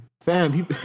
fam